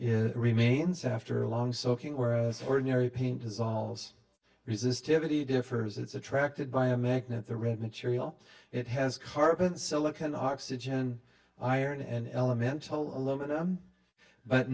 is remains after a long soaking where this ordinary paint dissolves resistivity differs it's attracted by a magnet the red material it has carbon silicon oxygen iron and elemental aluminum but